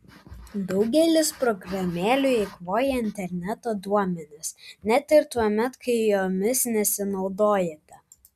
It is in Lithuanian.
daugelis programėlių eikvoja interneto duomenis net ir tuomet kai jomis nesinaudojate